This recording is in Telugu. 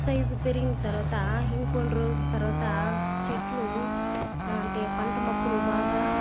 సైజు పెరిగిన తర్వాత ఇంకొన్ని రోజులు తర్వాత చెట్లు అంటే పంట మొక్కలు బాగా